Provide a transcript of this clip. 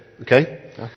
Okay